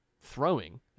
throwing